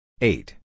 Eight